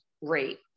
rate